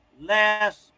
last